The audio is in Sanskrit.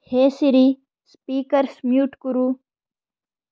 हे सिरि स्पीकर्स् म्यूट् कुरु